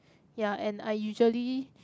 ya and I usually